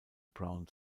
brown